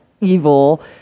evil